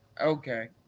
Okay